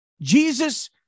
Jesus